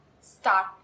start